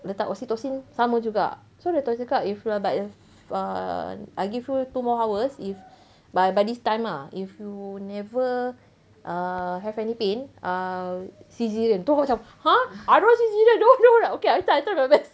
letak oxytocin sama juga so doctor cakap if you are bad err I give you two more hours if by by this time ah if you never err have any pain err caesarean terus macam !huh! I don't want caesarean don't want don't want okay I will try I'll try my best